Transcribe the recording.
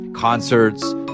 Concerts